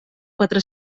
quatre